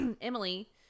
emily